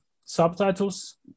subtitles